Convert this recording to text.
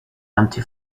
empty